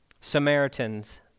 Samaritans